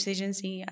Agency